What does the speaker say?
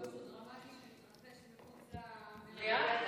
יש משהו דרמטי שקורה מחוץ למליאה?